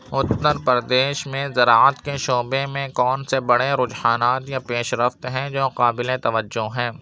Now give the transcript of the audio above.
اتر پردیش میں زراعت کے شعبے میں کون سے بڑے رجحانات یا پیش رفت ہیں جو قابل توجہ ہیں